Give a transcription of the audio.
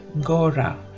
Gora